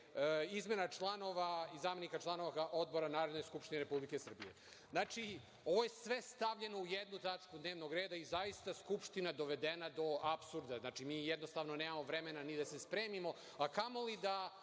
izmena članova i zamenika članova Odbora Narodne skupštine Republike Srbije. Znači, ovo je sve stavljeno u jednu tačku dnevnog reda i zaista Skupština dovedena do apsurda. Znači, mi jednostavno nemamo vremena ni da se spremimo, a kamo li da